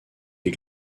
des